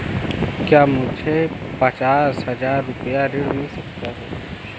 क्या मुझे पचास हजार रूपए ऋण मिल सकता है?